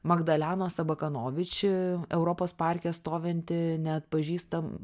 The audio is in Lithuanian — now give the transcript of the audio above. magdalenos sabakanovič europos parke stovinti neatpažįstam